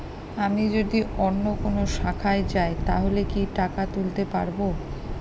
আমি যদি অন্য কোনো শাখায় যাই তাহলে কি টাকা তুলতে পারব?